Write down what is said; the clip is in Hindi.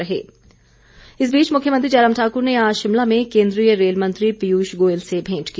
भेंट मुख्यमंत्री इस बीच मुख्यमंत्री जयराम ठाकर ने आज शिमला में केंद्रीय रेल मंत्री पीयूष गोयल से भेंट की